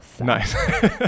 nice